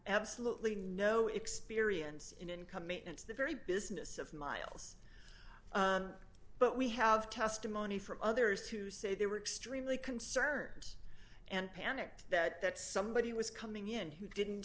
absolutely no experience in income maintenance the very business of miles but we have testimony from others who say they were extremely concerned and panicked that that somebody was coming in who didn't